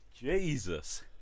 Jesus